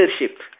leadership